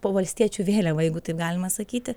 po valstiečių vėliava jeigu taip galima sakyti